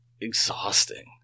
exhausting